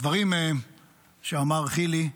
הדברים שאמר חילי,